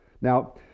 Now